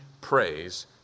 praise